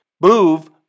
move